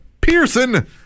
Pearson